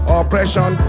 oppression